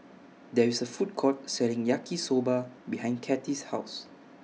There IS A Food Court Selling Yaki Soba behind Cathi's House